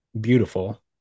beautiful